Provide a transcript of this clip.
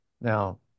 Now